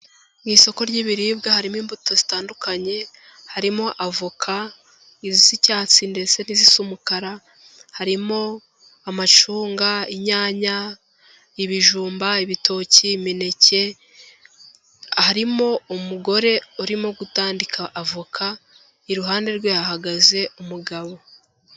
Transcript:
Mu isoko ry'ibiribwa harimo imbuto zitandukanye, harimo avoka, iz'icyatsi ndetse n'izisa umukara harimo amacunga, inyanya, ibijumba, ibitoki, imineke, harimo umugore urimo kutandika avoka, iruhande rwe hahagaze umugabo.